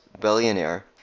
billionaire